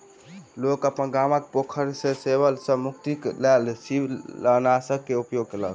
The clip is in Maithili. लोक अपन गामक पोखैर के शैवाल सॅ मुक्तिक लेल शिवालनाशक के उपयोग केलक